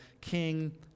King